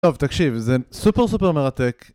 טוב תקשיב זה סופר סופר מרתק